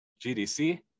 GDC